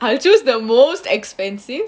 I'll choose the most expensive